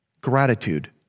gratitude